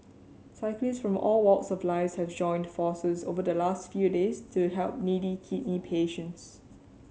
cyclists from all walks of life have joined forces over the last few days to help needy kidney patients